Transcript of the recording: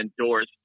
endorsed